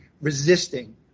resisting